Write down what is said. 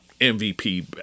MVP